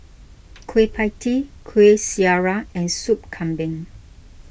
Kueh Pie Tee Kueh Syara and Soup Kambing